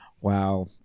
Wow